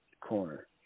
corner